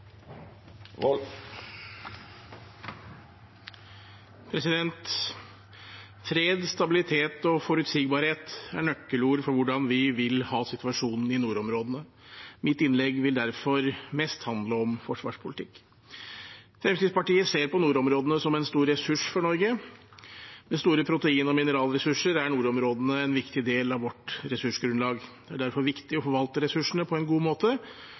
Fred, stabilitet og forutsigbarhet er nøkkelord for hvordan vi vil ha situasjonen i nordområdene. Mitt innlegg vil derfor mest handle om forsvarspolitikk. Fremskrittspartiet ser på nordområdene som en stor ressurs for Norge. Med store protein- og mineralressurser er nordområdene en viktig del av vårt ressursgrunnlag. Det er derfor viktig å forvalte ressursene på en god måte,